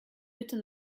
bitte